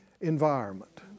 environment